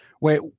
Wait